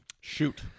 Shoot